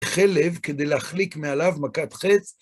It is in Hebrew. חלב כדי להחליק מעליו מכת חץ.